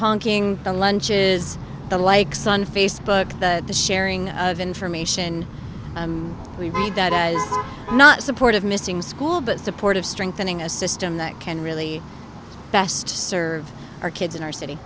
honking the lunches the likes on facebook that the sharing of information we read that does not support of missing school but supportive strengthening a system that can really best serve our kids in our city